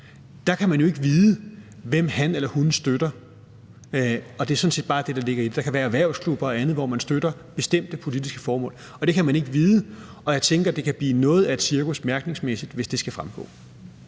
kan man jo ikke vide, hvem han eller hun støtter, og det er sådan set bare det, der ligger i det. Der kan være erhvervsklubber og andet, hvor man støtter bestemte politiske formål, og det kan man ikke vide, og jeg tænker, at det mærkningsmæssigt kan blive noget af et cirkus, hvis det skal fremgå.